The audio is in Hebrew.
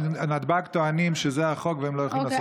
אבל נתב"ג טוענים שזה החוק והם לא יכולים לעשות שום דבר.